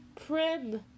Prim